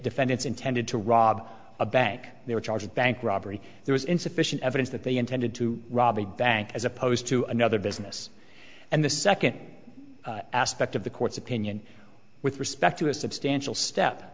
defend it's intended to rob a bank they were charged bank robbery there was insufficient evidence that they intended to rob a bank as opposed to another business and the second aspect of the court's opinion with respect to a substantial step